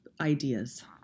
ideas